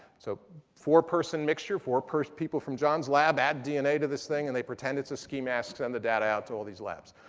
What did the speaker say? so four person mixture, four people from john's lab add dna to this thing and they pretend it's a ski mask, send the data out to all these labs.